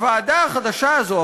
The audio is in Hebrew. הוועדה החדשה הזאת,